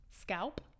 Scalp